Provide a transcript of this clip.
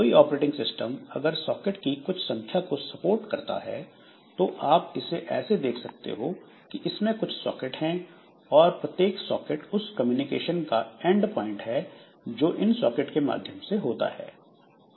कोई operating system अगर socket की कुछ संख्या को सपोर्ट करता है तो आप इसे ऐसे देख सकते हो कि इसमें कुछ सॉकेट हैं और प्रत्येक सॉकेट उस कम्युनिकेशन का एंडप्वाइंट है जो इन सॉकेट के माध्यम से होता है